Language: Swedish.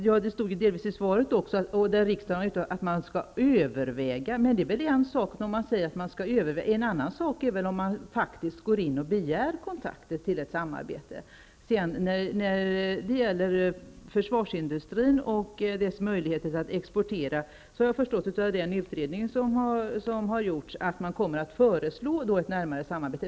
Herr talman! Delvis framgår det av svaret. Det talas som sagt om att man skall överväga. Men det är väl en sak att säga att man skall överväga och en annan sak att faktiskt begära kontakter för ett samarbete. När det gäller försvarsindustrin och dess möjligheter att exportera kommer man, att döma av den utredning som gjorts, att föreslå ett närmare samarbete.